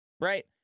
right